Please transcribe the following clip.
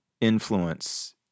influence